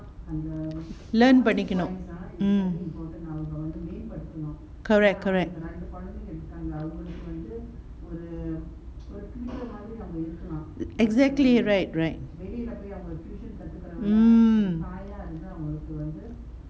learn பண்ணிக்கணும்:pannikkanum mm correct correct exactly right right mm